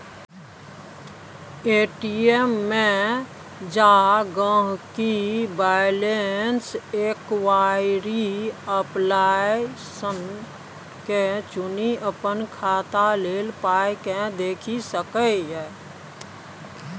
ATM मे जा गांहिकी बैलैंस इंक्वायरी आप्शन के चुनि अपन खाता केल पाइकेँ देखि सकैए